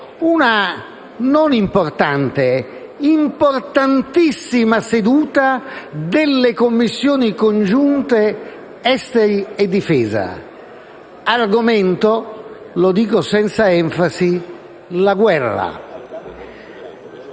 una non importante, ma importantissima seduta delle Commissioni congiunte affari esteri e difesa. Argomento (lo dico senza enfasi): la guerra.